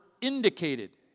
indicated